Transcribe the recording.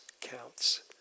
counts